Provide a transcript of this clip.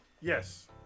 yes